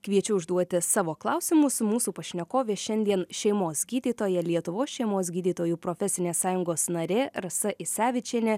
kviečiu užduoti savo klausimus o mūsų pašnekovė šiandien šeimos gydytoja lietuvos šeimos gydytojų profesinės sąjungos narė rasa isevičienė